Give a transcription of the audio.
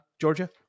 Georgia